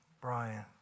Brian